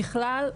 ככלל,